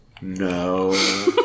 No